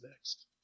next